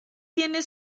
tiene